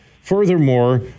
Furthermore